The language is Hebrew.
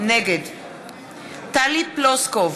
נגד טלי פלוסקוב,